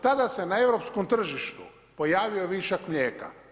Tada se na europskom tržištu pojavio višak mlijeka.